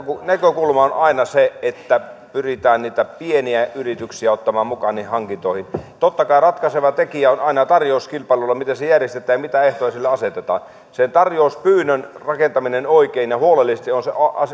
näkökulma on aina se että pyritään niitä pieniä yrityksiä ottamaan mukaan niihin hankintoihin totta kai ratkaiseva tekijä on aina tarjouskilpailu miten se järjestetään ja mitä ehtoja sille asetetaan se tarjouspyynnön rakentaminen oikein ja huolellisesti on se